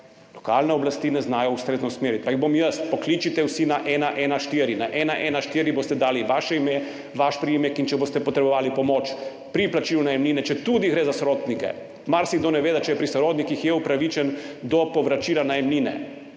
lokalne oblasti ne znajo ustrezno usmeriti. Pa jih bom jaz: Pokličite vsi na 114. Na 114 boste dali vaše ime, vaš priimek in če boste potrebovali pomoč pri plačilu najemnine, četudi gre za sorodnike, marsikdo ne ve, da če je pri sorodnikih, je upravičen do povračila najemnine,